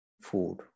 food